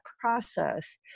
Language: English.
process